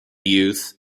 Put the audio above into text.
youth